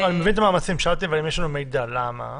אני מבין את המאמצים, שאלתי אם יש לנו מידע, למה?